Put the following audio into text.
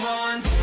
ones